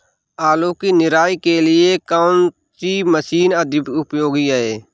आलू की निराई के लिए कौन सी मशीन अधिक उपयोगी है?